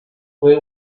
fue